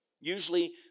Usually